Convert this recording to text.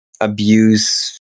abuse